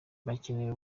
bakeneye